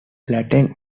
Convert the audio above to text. latent